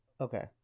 okay